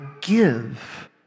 give